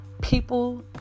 people